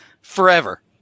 forever